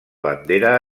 bandera